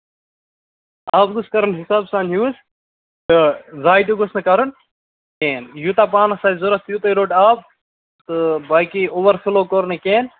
آب گوٚژھ کَرُن حِساب سان یوٗز تہٕ زایہِ تہِ گوٚژھ نہٕ کَرُن کِہیٖنۍ یوٗتاہ پانَس آسہِ ضوٚرتھ تیوٗتُے روٚٹ آب تہٕ باقٕے اوٚور فٕلو کوٚر نہٕ کیٚنہہ